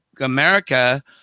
America